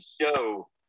show